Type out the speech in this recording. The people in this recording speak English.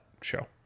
show